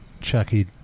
Chucky